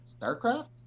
StarCraft